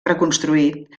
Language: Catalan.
reconstruït